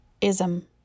Ism